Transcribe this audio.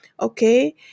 okay